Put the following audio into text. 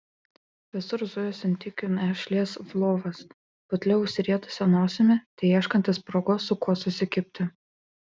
visur zujo sentikių našlės lvovas putlia užsirietusia nosimi teieškantis progos su kuo susikibti